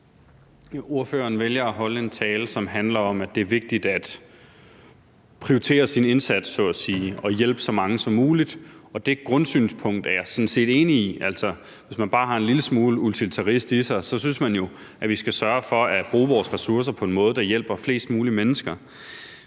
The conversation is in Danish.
Ordføreren vælger at holde en tale, som handler om, at det er vigtigt at prioritere sin indsats så at sige og at hjælpe så mange som muligt. Og det grundsynspunkt er jeg sådan set enig i. Altså, hvis man bare har en lille smule utilitarist i sig, synes man jo, at vi skal sørge for at bruge vores ressourcer på en måde, der hjælper flest mulige mennesker.